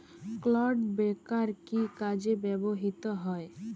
Clod breaker কি কাজে ব্যবহৃত হয়?